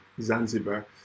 zanzibar